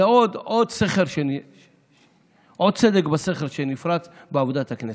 זה עוד סדק בסכר שנפרץ בעבודת הכנסת.